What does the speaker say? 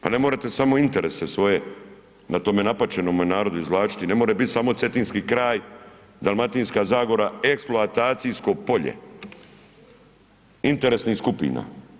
Pa ne morate samo interese svoje na tome napaćenome narodu izvlačiti i ne mora biti samo Cetinski kraj, Dalmatinska zagora eksploatacijsko polje interesnih skupina.